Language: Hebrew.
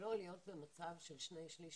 ולא להיות במצב של שני שליש